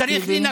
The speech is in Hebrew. צריך לסיים.